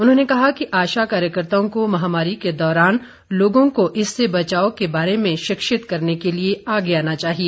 उन्होंने कहा कि आशा कार्यकर्ताओं को महामारी के दौरान लोगों को इससे बचाव के बारे में शिक्षित करने के लिए आगे आना चाहिए